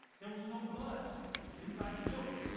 there was no blood inside the building.